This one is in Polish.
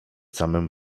samym